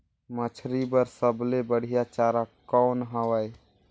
मछरी बर सबले बढ़िया चारा कौन हवय?